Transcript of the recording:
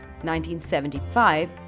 1975